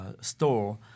store